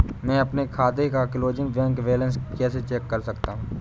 मैं अपने खाते का क्लोजिंग बैंक बैलेंस कैसे चेक कर सकता हूँ?